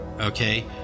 okay